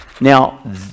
Now